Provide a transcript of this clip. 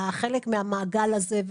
חלק מהמעגל הזה,